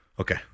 Okay